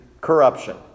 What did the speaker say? corruption